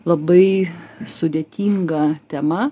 labai sudėtinga tema